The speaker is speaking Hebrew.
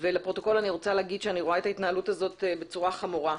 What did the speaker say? לפרוטוקול אני רוצה לומר שאני רואה את ההתנהלות הזאת בצורה חמורה.